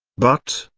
but,